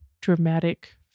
dramatic